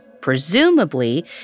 presumably